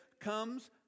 comes